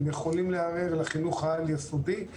הם יכולים לערער לחינוך העל-יסודי.